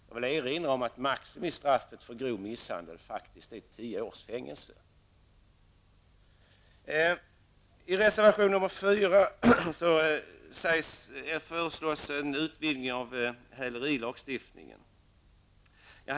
Jag kan erinra om att maximistraffet för grov misshandel faktiskt är tio års fängelse. I reservation 4 föreslås en utvidgning av hälerilagstiftningen.